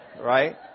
Right